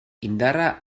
indarra